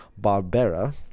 Barbera